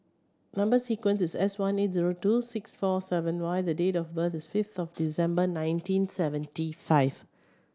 number sequence is S one eight zero two six four seven Y the date of birth is fifth of December nineteen seventy five